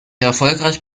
erfolgreich